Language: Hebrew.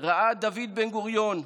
ראה דוד בן-גוריון,